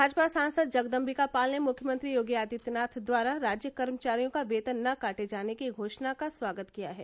भाजपा सांसद जगदम्बिका पाल ने मुख्यमंत्री योगी आदित्यनाथ द्वारा राज्य कर्मचारियों का वेतन न काटे जाने की घोषणा का स्वागत किया है